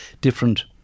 Different